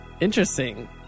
Interesting